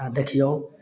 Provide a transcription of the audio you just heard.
आओर देखियौ